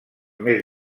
més